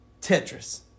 Tetris